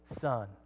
son